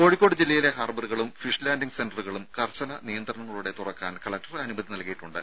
കോഴിക്കോട് ജില്ലയിലെ ഹാർബറുകളും fish landing സെന്ററുകളും കർശന നിയന്ത്രണങ്ങളോടെ തുറക്കാൻ കലക്ടർ അനുമതി നൽകിയിട്ടുണ്ട്